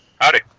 Howdy